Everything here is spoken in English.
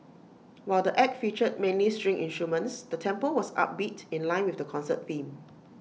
while the act featured mainly string instruments the tempo was upbeat in line with the concert theme